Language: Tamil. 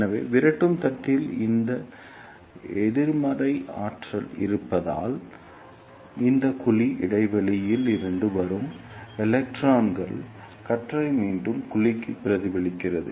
எனவே விரட்டும் தட்டில் இந்த எதிர்மறை ஆற்றல் இருப்பதால் இந்த குழி இடைவெளியில் இருந்து வரும் எலக்ட்ரான் கற்றை மீண்டும் குழிக்கு பிரதிபலிக்கிறது